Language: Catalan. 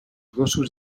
gossos